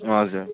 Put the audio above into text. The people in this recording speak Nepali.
हजुर